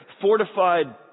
fortified